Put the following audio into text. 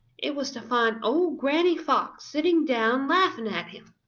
it was to find old granny fox sitting down laughing at him.